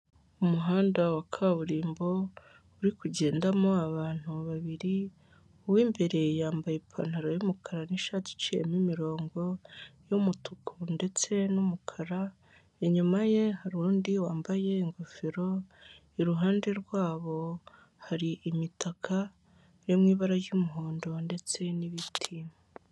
Umuhanda wa kaburimbo uri kugendamo abantu babiri uw'imbere yambaye ipantaro y'umukara n'ishati iciyemo imironko y'umutuku ndetse n'umukara, inyuma ye hari undi wambaye ingofero, iruhande rw'abo hari imitaka iri mu ibara ry'umuhondo ndetse n'ibiti.